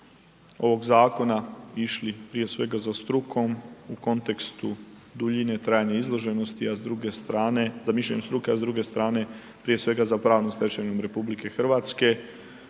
ovog zakona išli prije svega za strukom u kontekstu duljine trajanja izloženosti, a s druge strane, za mišljenje struke, a s druge strane prije svega za pravnom stečevinom RH. Siguran